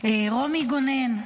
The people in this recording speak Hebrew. רומי גונן,